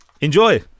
Enjoy